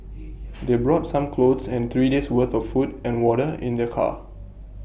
they brought some clothes and three days' worth of food and water in their car